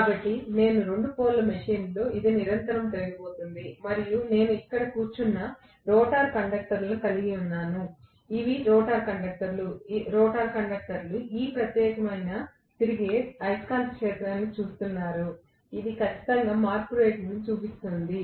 కాబట్టి 2 పోల్ మెషీన్లో ఇది నిరంతరం తిరగబోతోంది మరియు నేను ఇక్కడ కూర్చున్న రోటర్ కండక్టర్లను కలిగి ఉన్నాను ఇవి రోటర్ కండక్టర్లు రోటర్ కండక్టర్లు ఈ ప్రత్యేకమైన తిరిగే అయస్కాంత క్షేత్రాన్ని చూస్తున్నారు ఇది ఖచ్చితంగా మార్పు రేటును చూస్తోంది